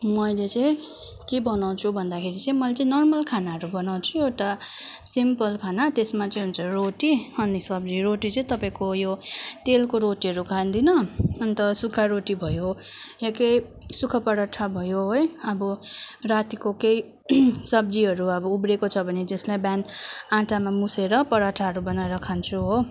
मैले चाहिँ के बनाउँछु भन्दाखेरि चाहिँ मैले चाहिँ नर्मल खानाहरू बनाउँछु एउटा सिम्पल खाना त्यसमा चाहिँ हुन्छ रोटी अनि सब्जी रोटी चाहिँ तपाईँको यो तेलको रोटीहरू खाँदिनँ अन्त सुक्खा रोटी भयो या केही सुक्खा पराठा भयो है अब रातिको केही सब्जीहरू अब उब्रिएको छ भने त्यसलाई बिहान आँटामा मुछेर पराठाहरू बनाएर खान्छु हो